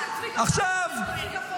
אני חייבת להגיד לך,